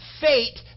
fate